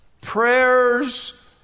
prayers